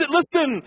listen